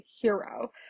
hero